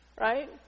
right